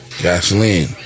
Gasoline